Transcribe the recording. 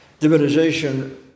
divinization